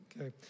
Okay